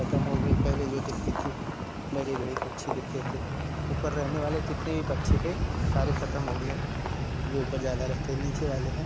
खत्म हो गई पहले जो दिखते थे बड़े बड़े पक्षी दिखते थे ऊपर रहने वाले जितने भी पक्षी हैं सारे खत्म हो गए जो ऊपर ज्यादा रहते नीचे वाले है